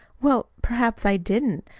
well, perhaps i didn't.